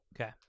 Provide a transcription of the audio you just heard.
Okay